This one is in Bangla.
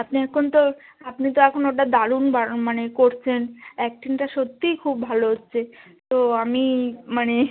আপনি এখন তো আপনি তো এখন ওটা দারুণ দারুণ মানে করছেন অ্যাক্টিংটা সত্যিই খুব ভালো হচ্ছে তো আমি মানে